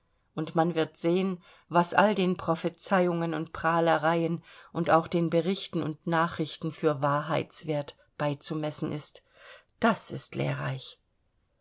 und man wird sehen was all den prophezeiungen und prahlereien und auch den berichten und nachrichten für wahrheitswert beizumessen ist das ist lehrreich